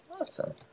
Awesome